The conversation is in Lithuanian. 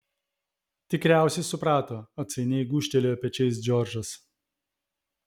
tikriausiai suprato atsainiai gūžtelėjo pečiais džordžas